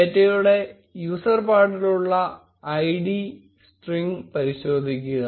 ഡേറ്റയുടെ യൂസർ പാർട്ടിൽ ഉള്ള id string പരിശോധിക്കുക